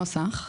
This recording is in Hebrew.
בנוסח.